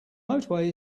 motorway